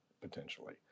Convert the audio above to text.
potentially